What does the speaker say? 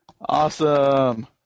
Awesome